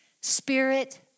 spirit